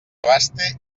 abaste